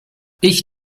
ich